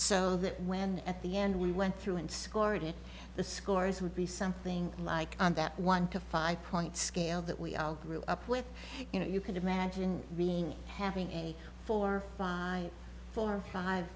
so that when at the end we went through and scored it the scores would be something like that one to five point scale that we all grew up with you know you could imagine being having a four by four or five